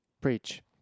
Preach